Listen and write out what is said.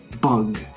bug